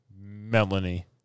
Melanie